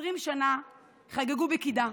20 שנה חגגו בקידה,